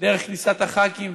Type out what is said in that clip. דרך כניסת הח"כים,